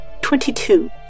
twenty-two